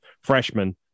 freshman